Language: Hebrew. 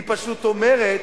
היא פשוט אומרת: